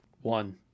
One